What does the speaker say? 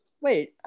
Wait